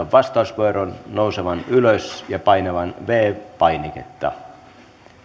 vastauspuheenvuoron nousemaan ylös ja painamaan viides painiketta